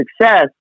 success